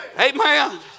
Amen